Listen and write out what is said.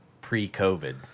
pre-covid